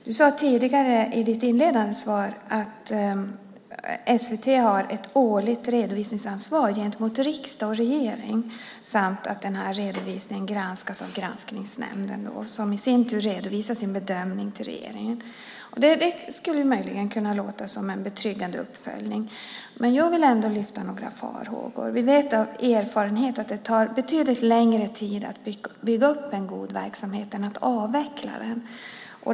Du sade tidigare i interpellationssvaret att SVT har ett årligt redovisningsansvar gentemot riksdag och regering samt att redovisningen granskas av Granskningsnämnden, som i sin tur redovisar sin bedömning för regeringen. Det skulle möjligen kunna låta som en betryggande uppföljning. Men jag vill ändå föra fram några farhågor. Vi vet av erfarenhet att det tar betydligt längre tid att bygga upp en god verksamhet än att avveckla den.